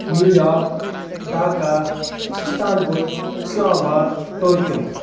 New York Dhaka Istanbul Islamabad Tokyo